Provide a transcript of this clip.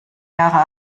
jahre